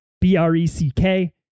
B-R-E-C-K